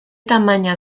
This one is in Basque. tamaina